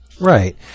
Right